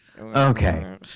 Okay